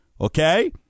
okay